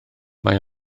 mae